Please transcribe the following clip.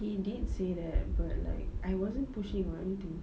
he did say that but like I wasn't pushy or anything